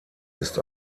ist